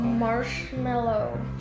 marshmallow